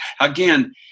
again